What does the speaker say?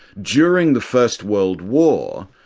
during the first world war,